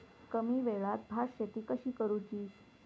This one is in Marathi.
कमी वेळात भात शेती कशी करुची?